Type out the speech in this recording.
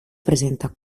presenta